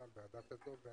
לא.